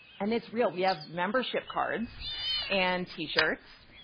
and it's real, we have membership cards and t-shirts.